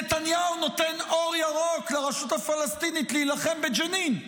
נתניהו נותן אור ירוק לרשות הפלסטינית להילחם בג'נין,